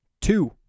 Two